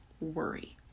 worry